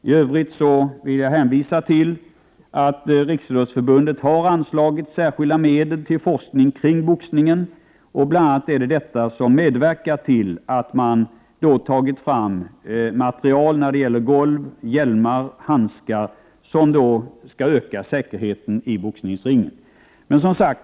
I övrigt vill jag hänvisa till att Riksidrottsförbundet har anslagit särskilda medel till forskning kring boxningen, och det är bl.a. detta som har medverkat till att man har tagit fram material när det gäller golv, hjälmar och handskar, som skall öka säkerheten i boxningsringen.